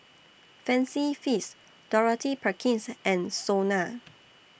Fancy Feast Dorothy Perkins and Sona